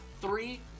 Three